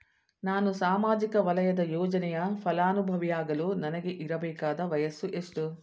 ನಾನು ಸಾಮಾಜಿಕ ವಲಯದ ಯೋಜನೆಯ ಫಲಾನುಭವಿಯಾಗಲು ನನಗೆ ಇರಬೇಕಾದ ವಯಸ್ಸುಎಷ್ಟು?